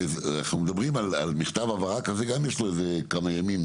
הרי אנחנו מדברים על מכתב הבהרה כזה גם אם יש לו כמה ימים,